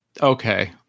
okay